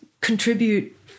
contribute